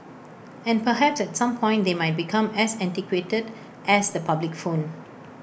and perhaps at some point they might become as antiquated as the public phone